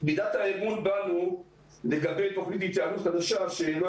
מידת האמון בנו לגבי תוכנית התייעלות חדשה שאולי